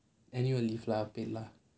annual leave lah paid lah